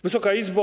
Wysoka Izbo!